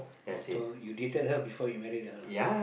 oh so you dated her before you married her lah